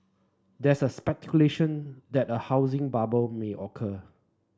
there is speculation that a housing bubble may occur